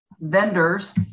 vendors